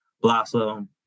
blossom